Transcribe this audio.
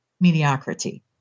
mediocrity